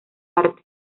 arte